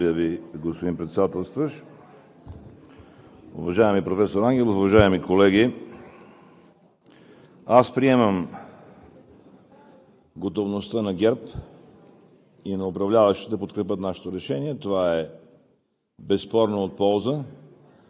Ви, господин Председателстващ. Уважаеми професор Ангелов, уважаеми колеги! Аз приемам готовността на ГЕРБ, на управляващите да подкрепят нашето решение – това безспорно е от полза